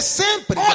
sempre